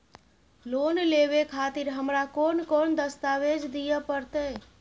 Loan लेवे खातिर हमरा कोन कौन दस्तावेज दिय परतै?